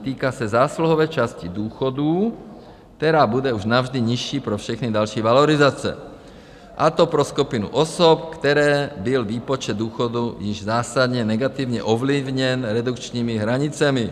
Týká se zásluhové části důchodů, která bude už navždy nižší pro všechny další valorizace, a to pro skupinu osob, které byl výpočet důchodu již zásadně negativně ovlivněn redukčními hranicemi.